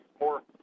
more